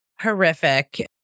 horrific